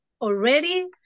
already